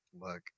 look